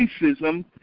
racism